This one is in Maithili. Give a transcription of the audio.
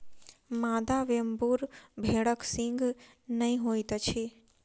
मादा वेम्बूर भेड़क सींघ नै होइत अछि